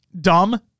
dumb